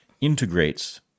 integrates